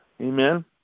Amen